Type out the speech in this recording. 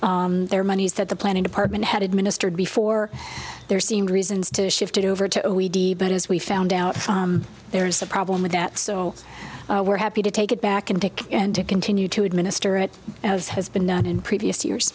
gave their monies that the planning department had administered before there seemed reasons to shift over to o e d but as we found out there's a problem with that so we're happy to take it back and take and to continue to administer it as has been done in previous years